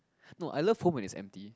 no I love home when is empty